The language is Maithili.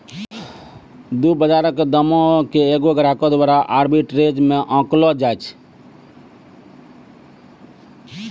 दु बजारो के दामो के एगो ग्राहको द्वारा आर्बिट्रेज मे आंकलो जाय छै